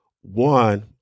One